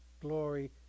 glory